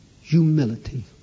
Humility